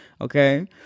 Okay